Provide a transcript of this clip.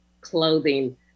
clothing